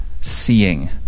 seeing